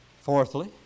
Fourthly